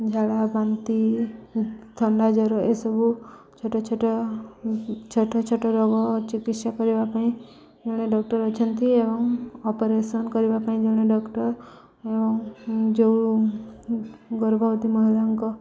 ଝାଡ଼ା ବାନ୍ତି ଥଣ୍ଡା ଜ୍ୱର ଏସବୁ ଛୋଟ ଛୋଟ ଛୋଟ ଛୋଟ ରୋଗ ଚିକିତ୍ସା କରିବା ପାଇଁ ଜଣେ ଡ଼କ୍ଟର୍ ଅଛନ୍ତି ଏବଂ ଅପରେସନ୍ କରିବା ପାଇଁ ଜଣେ ଡ଼କ୍ଟର୍ ଏବଂ ଯେଉଁ ଗର୍ଭବତୀ ମହିଳାଙ୍କ